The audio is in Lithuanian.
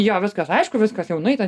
jo viskas aišku viskas jau nueita